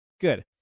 Good